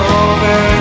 over